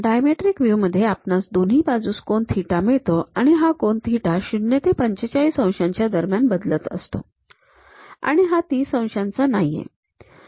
dimetric view मध्ये आपणास दोन्ही बाजूंस कोन थिटा मिळतो आणि हा कोन थिटा 0 ते ४५ अंशाच्या दरम्यान बदलत असतो आणि हा ३० अंशांचा नाही आहे